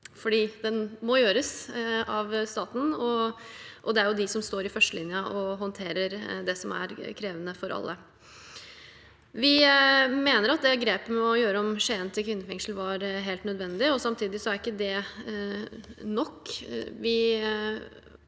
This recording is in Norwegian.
den må gjø res av staten, og det er de som står i førstelinjen og håndterer det som er krevende for alle. Vi mener at grepet med å gjøre om Skien fengsel til et kvinnefengsel var helt nødvendig. Samtidig er ikke det nok.